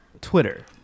Twitter